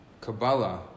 Kabbalah